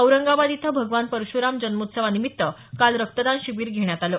औरंगाबाद इथं भगवान परश्राम जन्मोत्सवानिमित्त काल रक्तदान शिबिर घेण्यात आलं